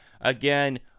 Again